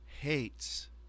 hates